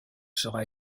sera